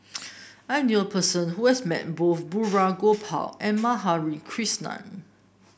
I knew a person who has met both Balraj Gopal and Madhavi Krishnan